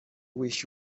wish